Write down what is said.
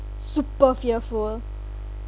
super fearful